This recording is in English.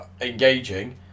engaging